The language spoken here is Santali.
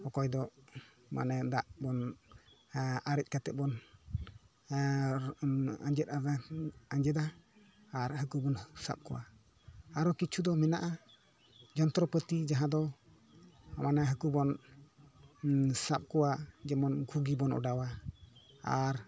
ᱚᱠᱚᱭ ᱫᱚ ᱢᱟᱱᱮ ᱫᱟᱜ ᱵᱚᱱ ᱟᱨᱮᱡ ᱠᱟᱛᱮᱜ ᱵᱚᱱ ᱟᱸᱡᱮᱫᱟ ᱟᱨ ᱦᱟ ᱠᱩ ᱵᱚᱱ ᱥᱟᱵ ᱠᱚᱣᱟ ᱟᱨᱚ ᱠᱤᱪᱷᱩ ᱫᱚ ᱢᱮᱱᱟᱜᱼᱟ ᱡᱚᱱᱛᱨᱚ ᱯᱟ ᱛᱤ ᱡᱟᱦᱟᱸ ᱫᱚ ᱚᱱᱮ ᱦᱟ ᱠᱩ ᱵᱚᱱ ᱥᱟᱵ ᱠᱚᱣᱟ ᱡᱮᱢᱚᱱ ᱜᱷᱩᱜᱤᱵᱚᱱ ᱚᱰᱟᱣᱟ ᱟᱨ